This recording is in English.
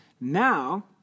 Now